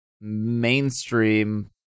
mainstream